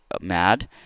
mad